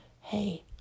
Hey